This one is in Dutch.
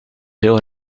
veel